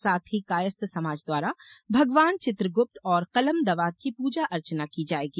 साथ ही कायस्थ समाज द्वारा भगवान चित्रगुप्त और कलम दवात की पूजा अर्चना की जाएगी